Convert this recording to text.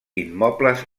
immobles